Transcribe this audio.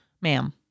ma'am